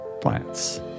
Plants